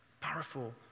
Powerful